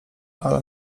ale